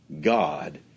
God